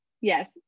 Yes